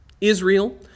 Israel